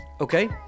Okay